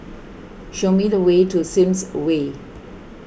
show me the way to Sims Way